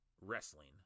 Wrestling